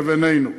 לבינינו.